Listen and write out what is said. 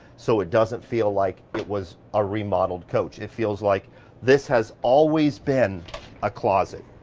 so it doesn't feel like it was a remodeled coach. it feels like this has always been a closet.